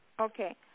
Okay